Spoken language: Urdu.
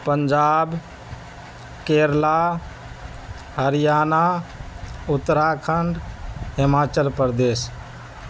پنجاب کیرلا ہریانہ اتراکھنڈ ہماچل پردیش